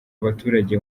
abaturage